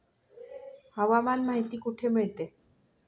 हवामान माहिती कुठे मिळते?